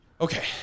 Okay